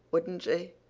wouldn't she?